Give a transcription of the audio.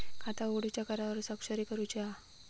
खाता उघडूच्या करारावर स्वाक्षरी कशी करूची हा?